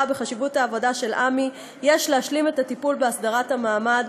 בחשיבות העבודה של עמ"י יש להשלים את הטיפול בהסדרת המעמד,